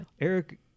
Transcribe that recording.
Eric